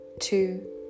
two